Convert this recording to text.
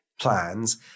plans